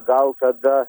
gal tada